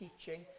teaching